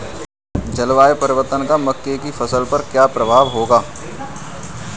जलवायु परिवर्तन का मक्के की फसल पर क्या प्रभाव होगा?